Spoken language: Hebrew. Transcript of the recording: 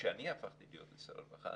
כשאני הפכתי להיות שר הרווחה,